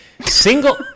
Single